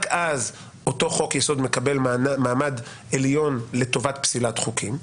רק אז אותו חוק יסוד מקבל מעמד עליון לטובת פסילת חוקים.